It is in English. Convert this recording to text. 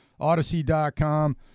Odyssey.com